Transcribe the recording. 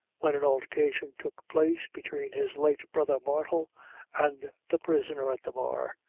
when an altercation took place between his late brother bartle and the prisoner at the bar,